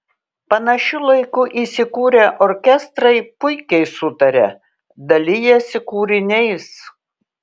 panašiu laiku įsikūrę orkestrai puikiai sutaria dalijasi kūriniais